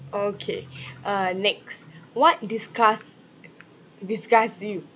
okay uh next what disgusts disgusts you